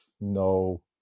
no